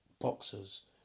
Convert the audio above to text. Boxers